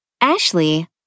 Ashley